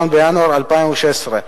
1 בינואר 2016,